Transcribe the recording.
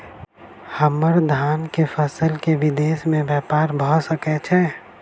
हम्मर धान केँ फसल केँ विदेश मे ब्यपार भऽ सकै छै?